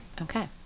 Okay